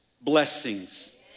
blessings